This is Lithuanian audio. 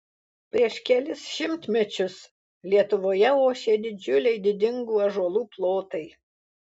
prieš kelis šimtmečius lietuvoje ošė didžiuliai didingų ąžuolų plotai